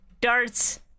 darts